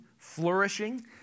flourishing